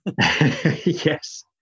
yes